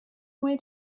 away